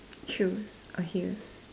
choose a heels